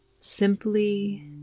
Simply